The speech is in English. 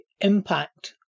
impact